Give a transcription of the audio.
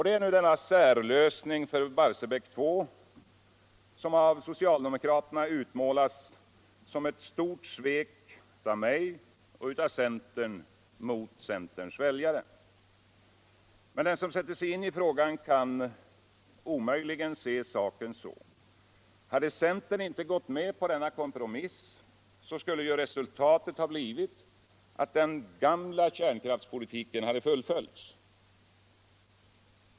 Det är denna särlösning för Barsebäck 2 som av socialdemokraterna utmålas som ett stort svek av mig och centern mot centerns väljare. Mecen den som sätter sig in i frågan kan omöjligen se saken så. Hade centern inte gått med på denna kompromiss, skulle ju resultatet ha blivit att den gamla kärnkraftspolitiken fullföljts.